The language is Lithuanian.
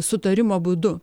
sutarimo būdu